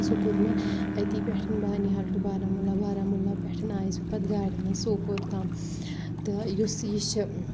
سُہ کوٚر مےٚ أتی پیٚٹھ بانِحال ٹُو بارہمولہ بارامُلہ پیٚٹھ آیَس بہٕ پَتہٕ گاڑِ منٛز سوپور تام تہٕ یُس یہِ چھِ